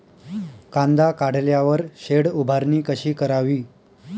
कांदा काढल्यावर शेड उभारणी कशी करावी?